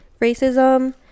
racism